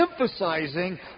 emphasizing